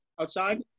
Outside